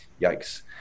Yikes